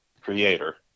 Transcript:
creator